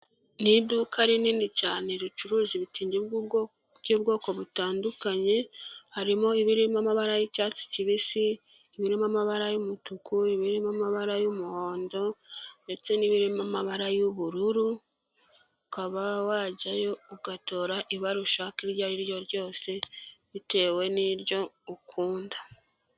Ni iduka rinini cyane ricuruza ibitenge by'ubwoko butandukanye harimo ibirimo amabara y'icyatsi kibisi, ibirimo amabara y'umutuku, ibirimo amabara y'umuhondo ndetse n'ibirimo amabara y'ubururu, ukaba wajyayo ugatora ibara ushaka iryo ari ryo ryose bitewe n'iryo ukunda.